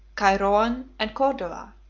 cairoan, and cordova,